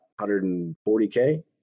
140K